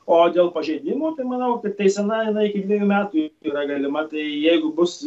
o dėl pažeidimo tai manau kad teisena jinai iki dvejų metų yra galima tai jeigu bus